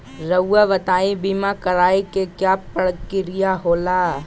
रहुआ बताइं बीमा कराए के क्या प्रक्रिया होला?